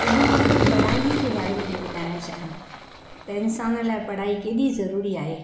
अॼु मां तव्हांखे पढ़ाईअ जे बारे थी ॿुधाइणु चाहियां त इंसान लाइ पढ़ाई केॾी ज़रूरी आहे